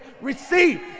receive